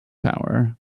power